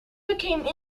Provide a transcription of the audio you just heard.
became